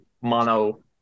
mono